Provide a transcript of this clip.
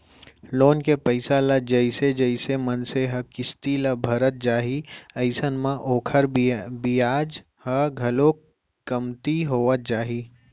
loan के पइसा ल जइसे जइसे मनसे ह किस्ती ल भरत जाही अइसन म ओखर बियाज ह घलोक कमती होवत जाही